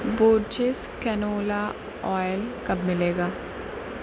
Borges canola oil کب ملے گا